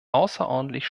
außerordentlich